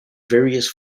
various